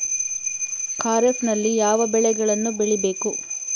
ಖಾರೇಫ್ ನಲ್ಲಿ ಯಾವ ಬೆಳೆಗಳನ್ನು ಬೆಳಿಬೇಕು?